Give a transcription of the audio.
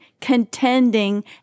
contending